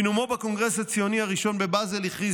בנאומו בקונגרס הציוני הראשון בבזל הכריז